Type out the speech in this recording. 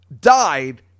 died